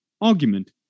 argument